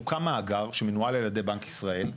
הוקם מאגר, שמנוהל על ידי בנק ישראל,